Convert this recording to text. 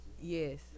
Yes